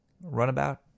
runabout